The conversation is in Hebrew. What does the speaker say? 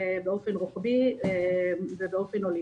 באופן רוחבי ובאופן הוליסטי.